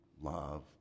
love